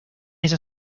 esa